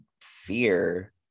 fear